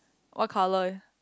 what colour